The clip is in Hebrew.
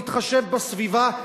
להתחשב בסביבה,